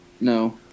No